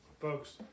Folks